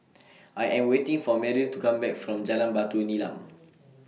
I Am waiting For Meryl to Come Back from Jalan Batu Nilam